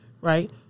Right